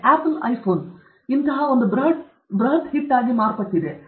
apple iPhone ಇಂತಹ ಬೃಹತ್ hit ಆಗಿ ಮಾರ್ಪಟ್ಟಿದೆ